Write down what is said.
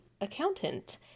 accountant